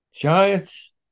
Giants